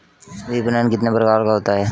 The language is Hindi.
विपणन कितने प्रकार का होता है?